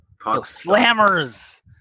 Slammers